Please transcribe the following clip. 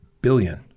billion